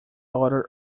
order